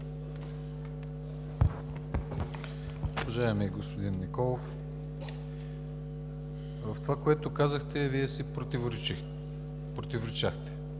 Уважаеми господин Николов, по това, което казахте, Вие си противоречахте,